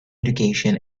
education